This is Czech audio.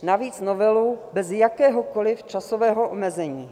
Navíc novelu bez jakéhokoli časového omezení.